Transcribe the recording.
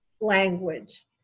language